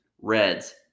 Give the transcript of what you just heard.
Reds